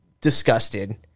disgusted